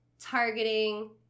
targeting